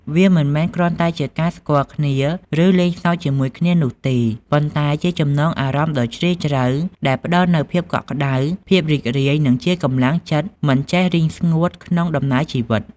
វាមិនមែនត្រឹមតែជាការស្គាល់គ្នា ឬលេងសើចជាមួយគ្នានោះទេ ប៉ុន្តែជា ចំណងអារម្មណ៍ដ៏ជ្រាលជ្រៅ ដែលផ្តល់នូវភាពកក់ក្តៅ ភាពរីករាយ និងជាកម្លាំងចិត្តមិនចេះរីងស្ងួតក្នុងដំណើរជីវិត។